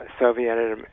Soviet